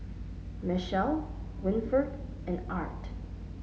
Mechelle Winford and Art